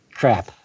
crap